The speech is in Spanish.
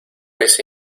ese